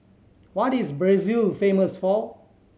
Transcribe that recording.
what is Brazil famous for